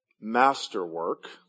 masterwork